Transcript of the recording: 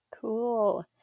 Cool